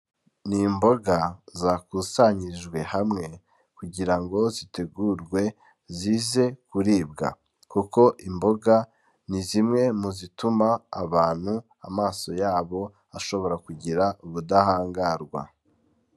Ni imboga zakusanyijwe hamwe kugira ngo zitegurwe zize kuribwa kuko imboga ni zimwe mu zituma abantu amaso yabo ashobora kugira ubudahangarwa.